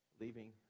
leaving